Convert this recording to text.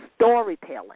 storytelling